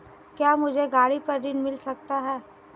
क्या मुझे गाड़ी पर ऋण मिल सकता है?